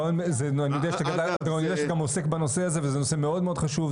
אני יודע שאתה גם עוסק בנושא הזה וזה נושא מאוד-מאוד חשוב.